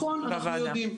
נכון, אנחנו יודעים.